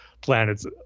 planets